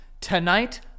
tonight